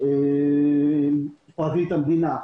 פרקליט המדינה,